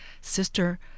Sister